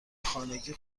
خانگی